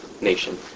nation